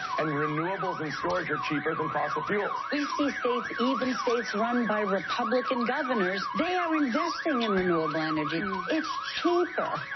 and renewables and storage are cheaper than fossil fuels. we see even states run by republican governors. they are investing in renewable energy. it's cheaper.